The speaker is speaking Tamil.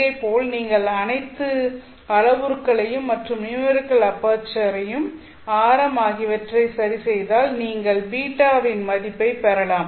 இதேபோல் நீங்கள் அனைத்து அளவுருக்களையும் மற்றும் நியூமெரிகல் அபெர்ச்சர் ஆரம் ஆகியவற்றை சரிசெய்தால் நீங்கள் β வின் மதிப்பை பெறலாம்